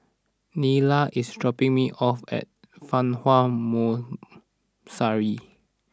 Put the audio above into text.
Nila is dropping me off at Fa Hua moan sorry